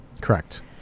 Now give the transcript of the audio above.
Correct